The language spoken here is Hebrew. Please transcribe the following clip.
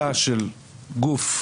בוודאי.